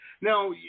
now